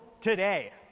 today